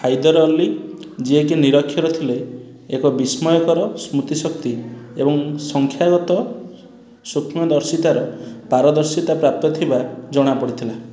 ହାଇଦର ଅଲି ଯିଏକି ନିରକ୍ଷର ଥିଲେ ଏକ ବିସ୍ମୟକର ସ୍ମୃତିଶକ୍ତି ଏବଂ ସଂଖ୍ୟାଗତ ସୂକ୍ଷ୍ମଦର୍ଶିତାର ପାରଦର୍ଶିତା ପ୍ରାପ୍ତ ଥିବା ଜଣାପଡ଼ିଥିଲା